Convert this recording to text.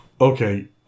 Okay